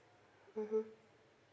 mmhmm